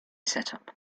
setup